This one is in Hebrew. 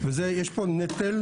וזה יש פה נטל.